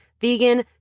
vegan